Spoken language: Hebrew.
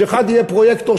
שאחד יהיה פרויקטור,